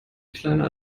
kleiner